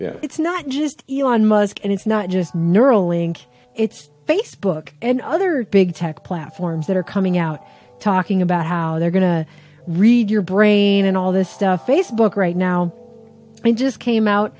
or it's not just you on musk and it's not just neural link it's facebook and other big tech platforms that are coming out talking about how they're going to read your brain and all this stuff facebook right now i just came out